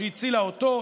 שהצילה אותו,